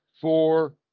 four